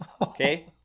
Okay